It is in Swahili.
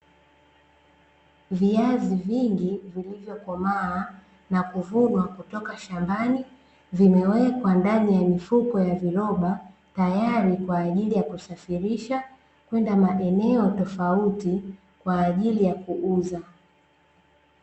Viazi vingi vilivyokomaa na kuvunwa kutoka shambani, vimewekwa ndani ya mifuko ya viroba ,tayari kwa ajili ya kusafirisha kwenda maeneo tofauti kwa ajili ya kuuza.